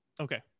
okay